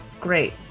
great